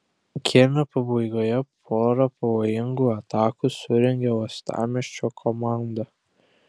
kėlinio pabaigoje porą pavojingų atakų surengė uostamiesčio komanda